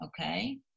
okay